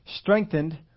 Strengthened